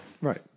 Right